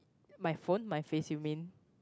my phone my face you mean